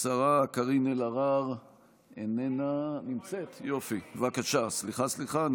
השרה קארין אלהרר נמצאת, בבקשה.